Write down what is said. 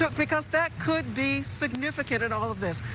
but because that could be significant in all of this.